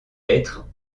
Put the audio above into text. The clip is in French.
lettre